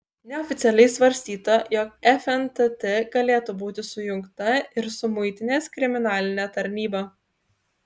neoficialiai svarstyta jog fntt galėtų būti sujungta ir su muitinės kriminaline tarnyba